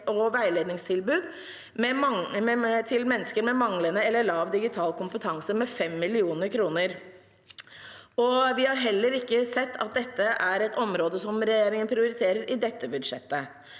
og veiledningstilbud til mennesker med manglende eller lav digital kompetanse, med 5 mill. kr. Vi har heller ikke sett at dette er et område som regjeringen prioriterer i dette budsjettet.